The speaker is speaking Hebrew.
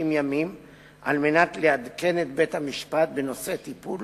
ימים לעדכן את בית-המשפט בנושא הטיפול